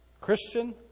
Christian